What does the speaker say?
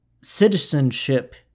citizenship